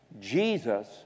Jesus